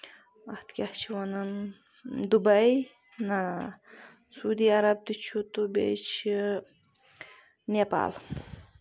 اَتھ کیاہ چھِ وَنان دُبے نہ نہ سعوٗدی عرب تہِ چھُ تہٕ تہٕ بیٚیہِ چھِ نیپال